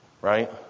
right